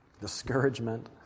discouragement